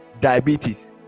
diabetes